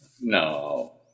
No